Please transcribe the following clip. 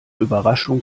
überraschung